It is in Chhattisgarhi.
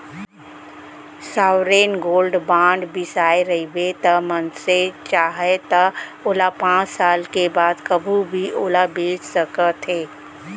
सॉवरेन गोल्ड बांड बिसाए रहिबे त मनसे चाहय त ओला पाँच साल के बाद कभू भी ओला बेंच सकथे